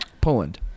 poland